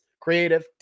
creative